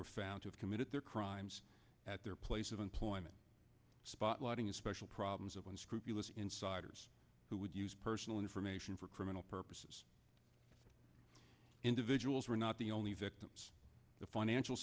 were found to have committed their crimes at their place of employment spotlighting a special problems of unscrupulous insiders who would use personal information for criminal purposes individuals were not the only victims the financial